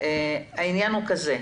העניין הוא כזה,